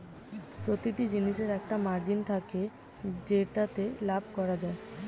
প্রতিটি জিনিসের একটা মার্জিন থাকে যেটাতে লাভ করা যায়